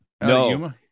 No